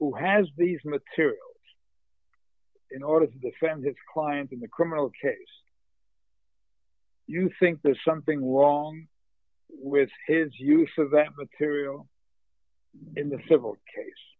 who has these materials in order to defend its client in the criminal case you think there's something wrong with his use of that material in the civil case